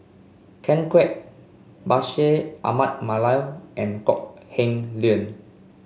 Ken Kwek Bashir Ahmad Mallal and Kok Heng Leun